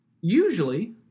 Usually